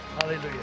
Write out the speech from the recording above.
hallelujah